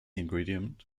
ingredient